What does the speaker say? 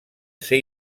ser